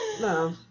no